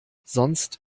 sonst